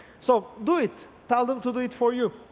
so do it. tell them to do it for you.